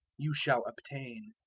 you shall obtain.